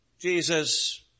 Jesus